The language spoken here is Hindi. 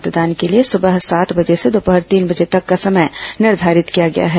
मतदान के लिए सुबह सात बजे से दोपहर तीन बजे तक का समय निर्धारित किया गया है